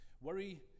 worry